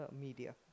media